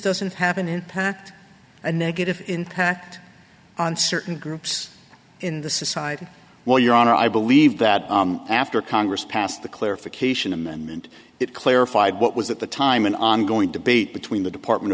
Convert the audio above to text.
doesn't happen in packed a negative impact on certain groups in the society well your honor i believe that after congress passed the clarification amendment it clarified what was at the time an ongoing debate between the department